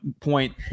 point